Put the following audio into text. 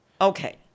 okay